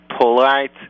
polite